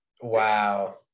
Wow